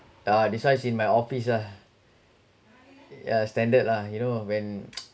uh this one is in my office ah yeah standard lah you know when